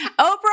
Oprah